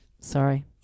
Sorry